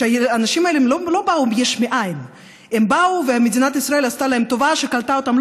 האנשים האלה לא באו יש מאין ומדינת ישראל עשתה להם טובה שקלטה אותם,